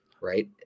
Right